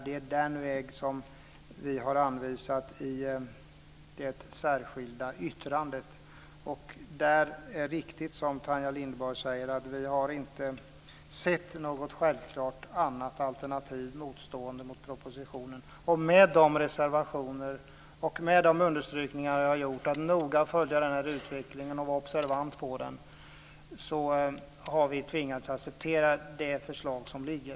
Det är den väg som vi har anvisat i det särskilda yttrandet. Det är riktigt som Tanja Linderborg säger att vi inte har sett något annat självklart alternativ ställt mot propositionen. Med de reservationer och de understrykningar jag har gjort om att noga följa utvecklingen och vara observant på den har vi tvingats acceptera det förslag som föreligger.